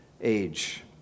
age